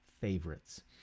favorites